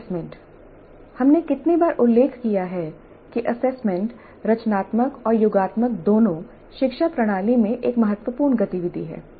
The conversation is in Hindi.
एसेसमेंट हमने कितनी बार उल्लेख किया है कि एसेसमेंट रचनात्मक और योगात्मक दोनों शिक्षा प्रणाली में एक महत्वपूर्ण गतिविधि है